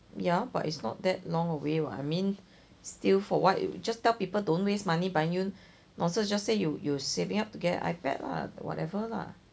ya but it's not that long away [what] I mean still for what just tell people don't waste money buying you nonsense just say you you're saving up to get an ipad lah whatever lah